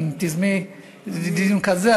אם תיזמי דיון כזה,